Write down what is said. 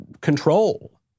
control